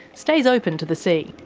stays open to the sea.